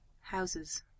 houses